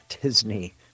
Disney